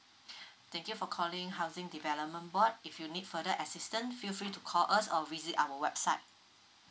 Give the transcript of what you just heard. thank you for calling housing development board if you need further assistance feel free to call us or visit our website